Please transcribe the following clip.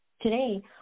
today